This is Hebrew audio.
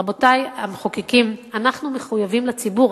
רבותי המחוקקים, אנחנו מחויבים לציבור.